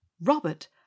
Robert